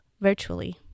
virtually